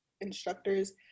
instructors